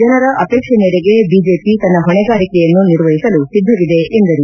ಜನರ ಆಪೇಕ್ಷೆ ಮೇರೆಗೆ ಬಿಜೆಪಿ ತನ್ನ ಹೊಣೆಗಾರಿಕೆಯನ್ನು ನಿರ್ವಹಿಸಲು ಸಿದ್ದವಿದೆ ಎಂದರು